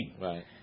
Right